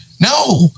No